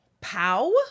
Pow